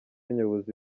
nyobozi